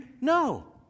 No